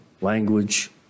language